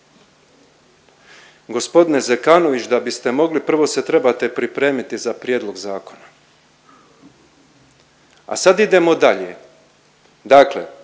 Gospodine Zekanović, da biste mogli prvo se trebate pripremiti za prijedlog zakona. A sad idemo dalje. Dakle,